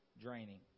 draining